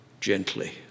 gently